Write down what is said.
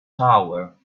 tower